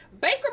Baker